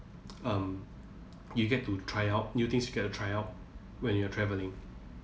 um you get to try out new things you get to try out when you're travelling